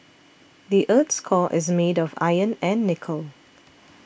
the earth's core is made of iron and nickel